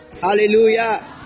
hallelujah